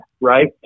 right